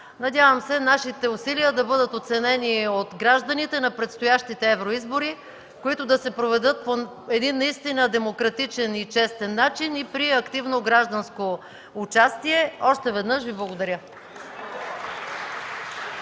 Надявам се нашите усилия да бъдат оценени от гражданите на предстоящите евроизбори, които да се проведат по наистина демократичен и честен начин и при активно гражданско участие. Още веднъж Ви благодаря!